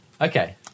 okay